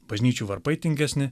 bažnyčių varpai tingesni